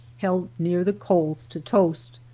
held near the coals to toast.